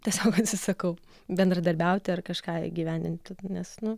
tiesiog atsisakau bendradarbiauti ar kažką įgyvendinti nes nu